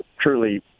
truly